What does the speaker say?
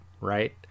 right